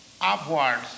upwards